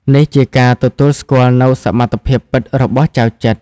នេះជាការទទួលស្គាល់នូវសមត្ថភាពពិតរបស់ចៅចិត្រ។